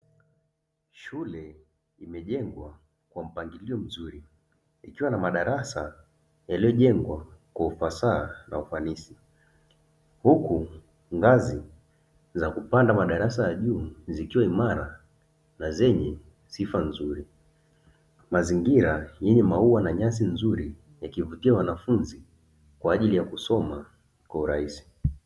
Shule iliyojengwa kwa mpangilio mzuri ikiwa na madarasa yaliyojengwa kwa ufasaha na ufanisi. Huku ngazi za kupanda madarasa ya juu zikiwa imara na zenye sifa nzuri. Mazingira yenye maua na nyasi nzuri yakivutia wanafunzi kwa ajili ya kusoma kwa urahisi.